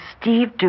Steve